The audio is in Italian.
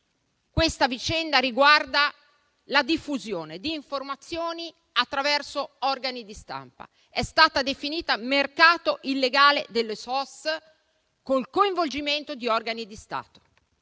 Questa vicenda riguarda la diffusione di informazioni attraverso organi di stampa ed è stata definita mercato illegale delle SOS con il coinvolgimento di organi di Stato